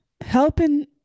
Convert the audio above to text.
helping